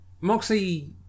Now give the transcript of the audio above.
Moxie